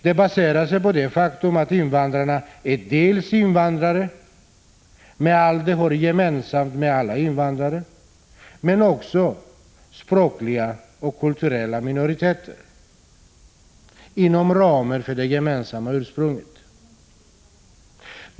De baserar sig på det faktum att invandrarna är dels invandrare med allt de har gemensamt med alla invandrare, dels också språkliga och kulturella minoriteter inom ramen för det gemensamma ursprunget.